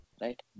right